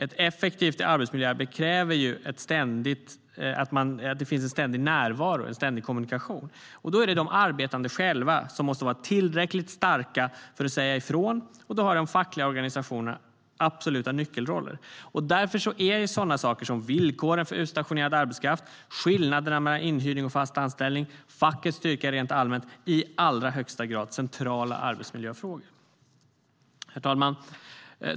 Ett effektivt arbetsmiljöarbete kräver ständig närvaro och kommunikation. De arbetande själva måste vara tillräckligt starka för att säga ifrån. Då har fackliga organisationer absoluta nyckelroller. Därför är frågor som villkoren för utstationerad arbetskraft, skillnader mellan inhyrning och fast anställning och fackets styrka rent allmänt i allra högsta grad centrala arbetsmiljöfrågor.